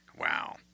Wow